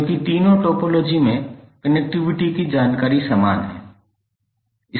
क्यों कि तीनों टोपोलॉजी में कनेक्टिविटी की जानकारी समान है